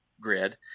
grid